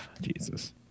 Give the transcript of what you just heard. Jesus